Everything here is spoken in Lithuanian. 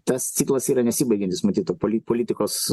tas ciklas yra nesibaigiantis matyt to poli politikos